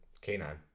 Canine